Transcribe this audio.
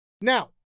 Now